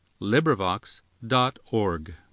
LibriVox.org